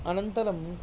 अनन्तरं